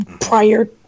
prior